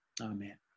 Amen